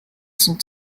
sont